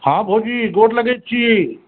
हॅं भौजी गोर लगै छी